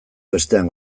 bestean